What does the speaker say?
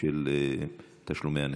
של תשלומי הנכים.